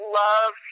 love